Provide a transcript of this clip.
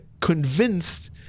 convinced